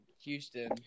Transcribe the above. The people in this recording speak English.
Houston